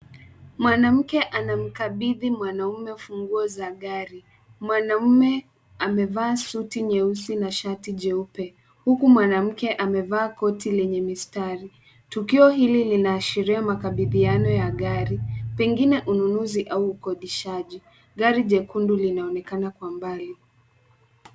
Mwanamke anamkabidhi mwanamume funguo za gari. Mwanamume amevaa suti nyeusi na shati jeupe huku mwanamke amevaa koti lenye mistari. Tukio hili linaashiria makabidhiano ya gari pengine ununuzi au ukodishaji. Gari jekundu linaonekana kwa mbali.